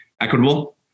equitable